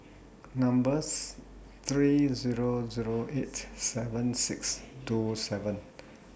number's three Zero Zero eight seven six two seven